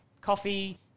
coffee